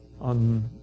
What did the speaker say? on